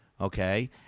okay